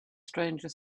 stranger